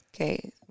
Okay